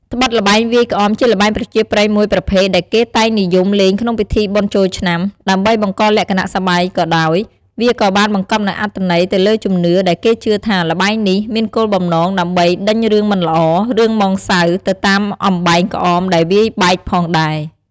ត្បិតល្បែងវាយក្អម ជាល្បែងប្រជាប្រិយមួយប្រភេទដែលគេតែងនិយមលេងក្នុងពិធីបុណ្យចូលឆ្នាំ ដើម្បីបង្កលក្ខណៈសប្បាយក៏ដោយ វាក៏បានបង្គប់នូវអត្ថន័យទៅលើជំនឿ ដែលគេជឿថា ល្បែងនេះ មានគោលបំណងដើម្បីដេញរឿងមិនល្អ រឿងហ្មងសៅ ទៅតាមអំបែងក្អមដែលវាយបែកផងដែរ។